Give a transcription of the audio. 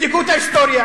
תבדקו את ההיסטוריה.